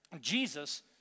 Jesus